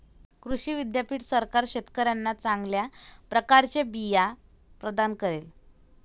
कृषी विद्यापीठ सरकार शेतकऱ्यांना चांगल्या प्रकारचे बिया प्रदान करेल